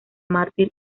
mártir